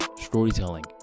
storytelling